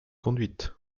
conduite